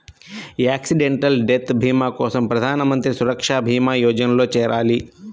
accidental death భీమా కోసం ప్రధాన్ మంత్రి సురక్షా భీమా యోజనలో చేరాలి